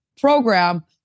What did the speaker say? program